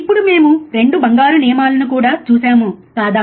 ఇప్పుడు మేము 2 బంగారు నియమాలను కూడా చూశాము కాదా